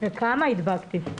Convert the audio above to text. וכמה הדבקתי.